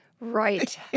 Right